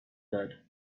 that